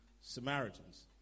Samaritans